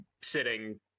sitting